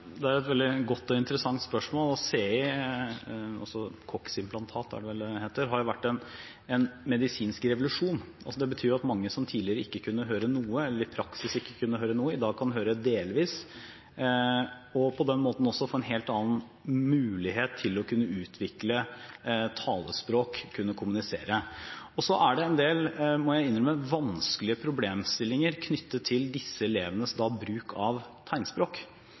Det er et veldig godt og interessant spørsmål. CI, altså cochlea-implantat, har vært en medisinsk revolusjon. Det betyr at mange som tidligere ikke kunne høre noe, eller i praksis ikke kunne høre noe, i dag kan høre delvis og på den måten også få en helt annen mulighet til å kunne utvikle talespråk og kunne kommunisere. Så er det, må jeg innrømme, en del vanskelige problemstillinger knyttet til disse elevenes bruk av tegnspråk, og hvilke rettigheter man skal ha til bruk av tegnspråk.